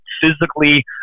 physically